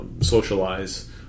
socialize